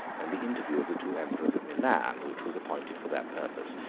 and the interview of the two emperors at milan, which was appointed for that purpose,